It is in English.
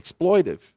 exploitive